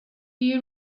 you